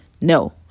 no